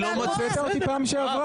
אני לא --- אבל הוצאת אותי פעם שעברה.